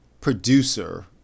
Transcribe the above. producer